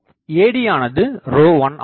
AD யானது ρ1 ஆகும்